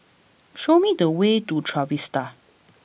show me the way to Trevista